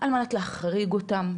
על מנת להחריג אותם.